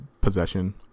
possession